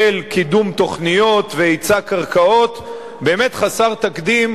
קידום תוכניות והיצע קרקעות באמת חסר תקדים.